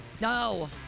No